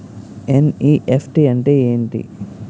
NEFT అంటే ఎంటి?